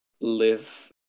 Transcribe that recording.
live